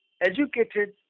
educated